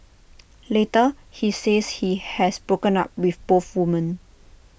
later he says he has broken up with both women